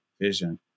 vision